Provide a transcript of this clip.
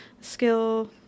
skill